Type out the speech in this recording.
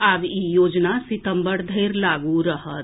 आब ई योजना सितम्बर धरि लागू रहत